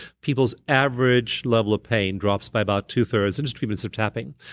people's average level of pain drops by about two-thirds in just treatments of tapping.